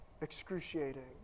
excruciating